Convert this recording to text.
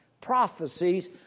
prophecies